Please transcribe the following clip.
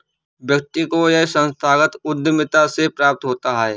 व्यक्ति को यह संस्थागत उद्धमिता से प्राप्त होता है